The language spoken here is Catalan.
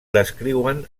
descriuen